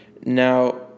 Now